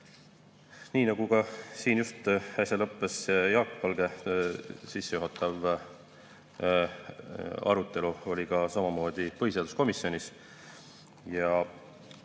Nii nagu siin just äsja lõppes Jaak Valge sissejuhatav arutelu, oli see ka samamoodi põhiseaduskomisjonis.